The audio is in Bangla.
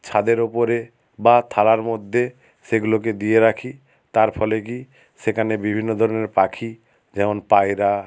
ছাদের ওপরে বা থালার মধ্যে সেগুলোকে দিয়ে রাখি তার ফলে কী সেখানে বিভিন্ন ধরনের পাখি যেমন পায়রা